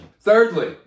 Thirdly